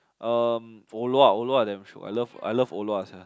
um Orh-Lua damn shiok I love Orh-Lua sia